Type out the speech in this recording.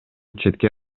четке